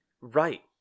Right